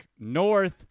North